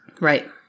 Right